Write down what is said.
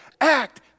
act